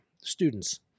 students